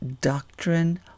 Doctrine